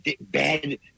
bad